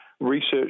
research